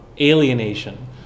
alienation